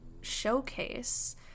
showcase